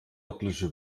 örtliche